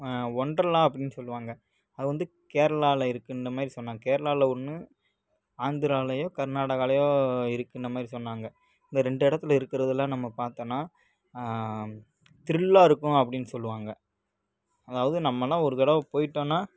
ஒண்டர்லா அப்படின்னு சொல்லுவாங்க அது வந்து கேரளாவில் இருக்குதுன்ன மாதிரி சொன்னாங்க கேரளாவில் ஒன்று ஆந்திராலேயோ கர்நாடகாலேயோ இருக்குதுன்ன மாதிரி சொன்னாங்க இந்த ரெண்டு இடத்துல இருக்குதுறதுலாம் நம்ம பார்த்தோம்னா த்ரில்லாக இருக்கும் அப்படின்னு சொல்லுவாங்க அதாவது நம்மள்லாம் ஒரு தடவை போயிட்டோன்னா